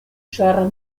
ĉar